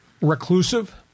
reclusive